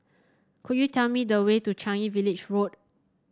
could you tell me the way to Changi Village Road